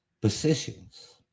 positions